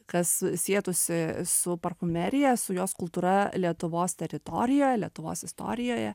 kas sietųsi su parfumerija su jos kultūra lietuvos teritorijoj lietuvos istorijoje